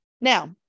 Now